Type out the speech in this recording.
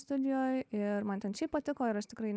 studijoj ir man ten šiaip patiko ir aš tikrai